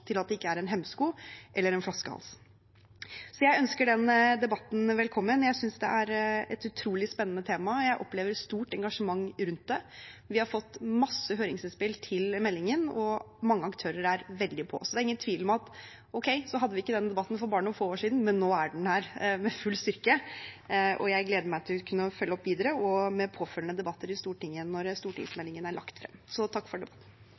til at det ikke er en hemsko eller en flaskehals. Jeg ønsker den debatten velkommen. Jeg synes det er et utrolig spennende tema. Jeg opplever stort engasjement rundt det. Vi har fått masse høringsinnspill til meldingen, og mange aktører er veldig på oss. Det er ingen tvil om at ok, så hadde vi ikke den debatten for bare noen få år siden, men nå er den her med full styrke. Og jeg gleder meg til å kunne følge opp videre og med påfølgende debatter i Stortinget når stortingsmeldingen er lagt frem. Debatten